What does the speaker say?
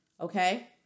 okay